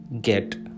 get